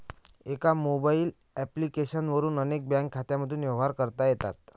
एका mobile application वरून अनेक बँक खात्यांमधून व्यवहार करता येतात